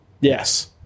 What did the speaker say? Yes